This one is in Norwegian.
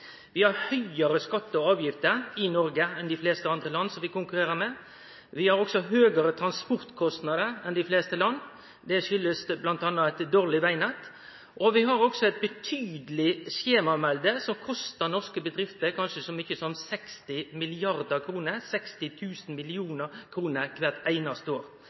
Vi har høgare skattar og avgifter i Noreg enn dei fleste andre land som vi konkurrerer med. Vi har høgare transportkostnader enn dei fleste land – det skuldast bl.a. eit dårleg vegnett – og vi har også eit betydeleg skjemavelde som kostar norske bedrifter kanskje så mykje som 60 mrd. kr – 60 000 mill. kr – kvart einaste år.